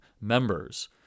members